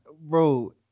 bro